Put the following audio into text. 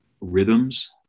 rhythms